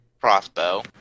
crossbow